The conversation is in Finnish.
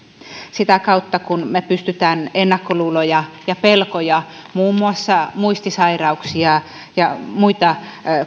sitä kautta pystymme ennakkoluuloja ja pelkoja muun muassa muistisairauksia ja muita